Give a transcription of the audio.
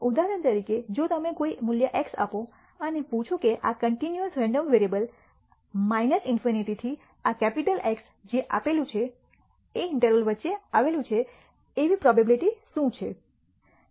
ઉદાહરણ તરીકે જો તમે કોઈ મૂલ્ય x આપો અને પૂછો કે આ કન્ટિન્યૂઅસ રેન્ડમ વેરીએબલ ∞ થી આ કેપિટલ x જે આપેલું છે ઈન્ટરવલ વચ્ચે આવેલું છે તેવી પ્રોબેબિલિટી શું છે